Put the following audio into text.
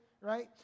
right